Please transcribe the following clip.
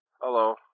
Hello